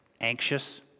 anxious